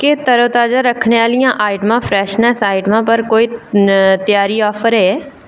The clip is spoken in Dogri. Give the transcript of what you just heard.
केह् तरोताज़ा रक्खने आह्लियां आइटमां फ्रैशनेस आइटमां उप्पर कोई त्यारी आफर ऐ